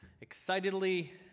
excitedly